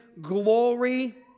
glory